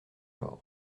georges